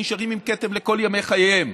נשארים עם כתם לכל ימי חייהם,